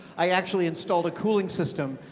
i actually installed a cooling system,